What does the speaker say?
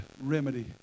remedy